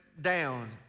down